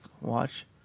watch